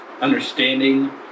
understanding